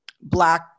black